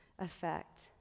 effect